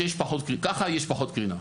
ככה יש פחות קרינה.